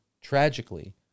tragically